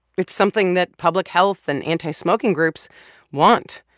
it's something that public health and anti-smoking groups want.